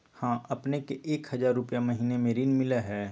हां अपने के एक हजार रु महीने में ऋण मिलहई?